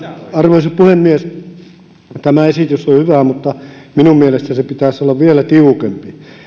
arvoisa puhemies tämä esitys on hyvä mutta minun mielestäni sen pitäisi olla vielä tiukempi